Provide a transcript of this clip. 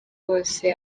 bose